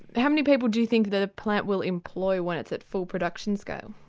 how many people do you think the plant will employ when it's at full production scale?